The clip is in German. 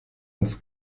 ans